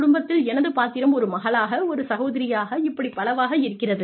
குடும்பத்தில் எனது பாத்திரம் ஒரு மகளாக ஒரு சகோதரியாக இப்படி பலவாக இருக்கிறது